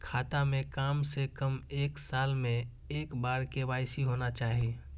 खाता में काम से कम एक साल में एक बार के.वाई.सी होना चाहि?